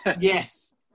yes